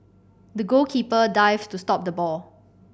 the goalkeeper dived to stop the ball